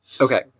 Okay